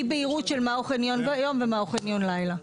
הבהירות של מהו חניון יום ומהו חניון לילה.